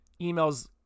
emails